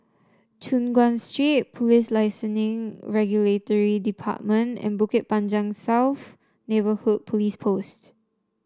Choon Guan Street Police Licensing Regulatory Department and Bukit Panjang South Neighbourhood Police Post